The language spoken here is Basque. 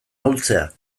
ahultzea